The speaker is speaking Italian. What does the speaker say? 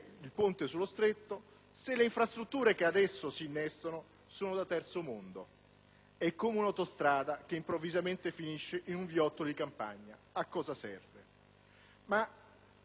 È come un'autostrada che improvvisamente finisce in un viottolo di campagna; a cosa serve? Mi voglio collegare proprio a questo perché nelle audizioni che abbiamo avuto in Commissione